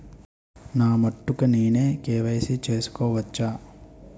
నా మటుకు నేనే కే.వై.సీ చేసుకోవచ్చా?